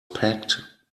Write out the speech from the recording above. packed